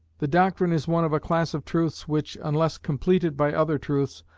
the doctrine is one of a class of truths which, unless completed by other truths,